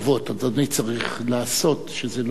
אדוני צריך לעשות שזה לא יהיה.